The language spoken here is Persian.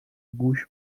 گوش